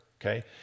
okay